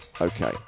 Okay